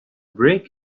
break